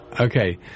Okay